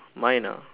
mine ah